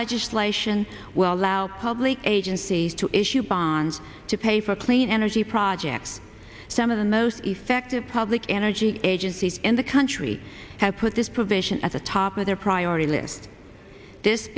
legislation well out public agencies to issue bonds to pay for clean energy projects some of the most effective public energy agencies in the country have put this provision at the top of their priority list this